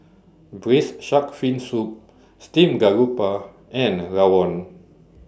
Braised Shark Fin Soup Steamed Garoupa and Rawon